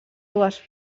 dues